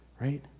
right